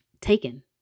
taken